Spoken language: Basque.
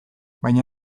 baina